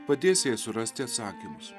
padės jai surasti atsakymus